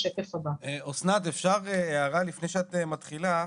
אסנת, אפשר הערה לפני שאת מתחילה?